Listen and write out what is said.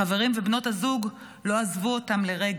החברים ובנות הזוג לא עזבו אותם לרגע.